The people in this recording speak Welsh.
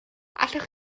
allwch